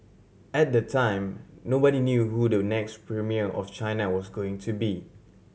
at the time nobody knew who the next premier of China was going to be